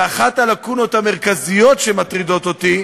ואחת הלקונות המרכזיות שמטרידות אותי,